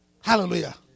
Hallelujah